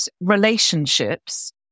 relationships